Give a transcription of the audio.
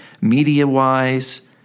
media-wise